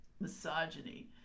misogyny